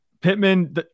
Pittman